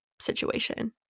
situation